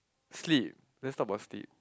sleep let's talk about sleep